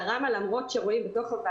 הילדים לא מאפשר להורים לחזור לשום מעגל